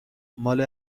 ماله